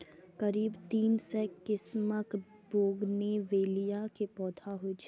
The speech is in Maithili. करीब तीन सय किस्मक बोगनवेलिया के पौधा होइ छै